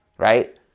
right